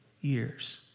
years